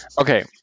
Okay